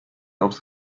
aufs